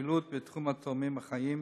הפעילות בתחום התורמים החיים,